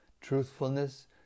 Truthfulness